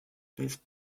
this